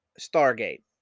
Stargate